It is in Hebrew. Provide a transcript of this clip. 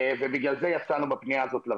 ובגלל זה יצאנו בפנייה הזאת לרשויות.